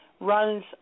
runs